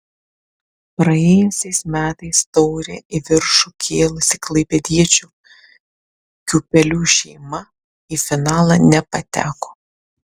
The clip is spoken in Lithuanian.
praėjusiais metais taurę į viršų kėlusi klaipėdiečių kiūpelių šeima į finalą nepateko